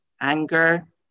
anger